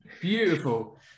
Beautiful